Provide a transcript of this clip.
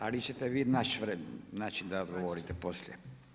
Ali ćete vi naći način da odgovorite poslije.